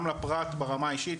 גם לפרט ברמה האישית,